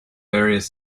various